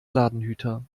ladenhüter